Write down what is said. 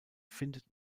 findet